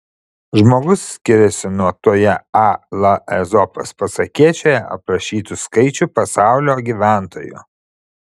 žmogus skiriasi nuo toje a la ezopas pasakėčioje aprašytų skaičių pasaulio gyventojų